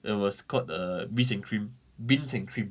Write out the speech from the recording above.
it was called err Bees & Cream Beans & Cream